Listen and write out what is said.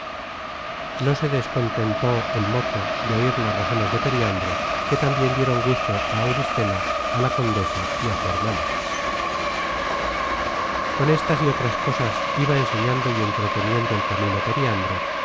no se descontentó el mozo de oir las razones de periandro que tambien dieron gusto á auristela á la condesa y á su hermano con estas y otras cosas iba enseñando y entreteniendo el camino periandro